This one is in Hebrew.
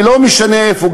ולא משנה איפה,